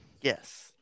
Yes